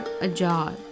ajar